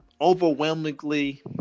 overwhelmingly